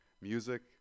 music